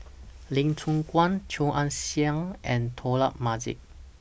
Lee Choon Guan Chia Ann Siang and Dollah Majid